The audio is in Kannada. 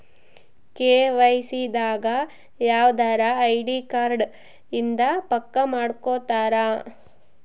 ಕೆ.ವೈ.ಸಿ ದಾಗ ಯವ್ದರ ಐಡಿ ಕಾರ್ಡ್ ಇಂದ ಪಕ್ಕ ಮಾಡ್ಕೊತರ